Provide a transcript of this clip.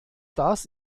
das